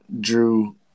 Drew